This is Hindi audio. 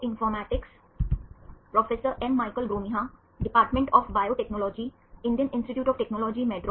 इस व्याख्यान में हम प्रोटीन माध्यमिक संरचनाओं के बारे में चर्चा करेंगे